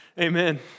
Amen